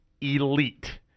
elite